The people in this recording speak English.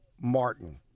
Martin